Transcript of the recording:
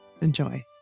Enjoy